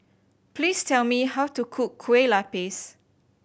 please tell me how to cook Kueh Lapis